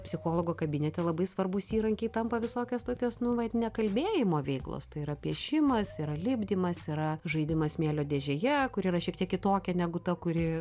psichologo kabinete labai svarbūs įrankiai tampa visokios tokios nu vat nekalbėjimo veiklos tai yra piešimas yra lipdymas yra žaidimas smėlio dėžėje kuri yra šiek tiek kitokia negu ta kuri